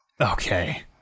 okay